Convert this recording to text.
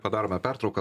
padarome pertrauką